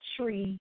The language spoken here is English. tree